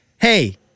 hey